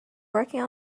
working